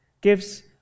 gives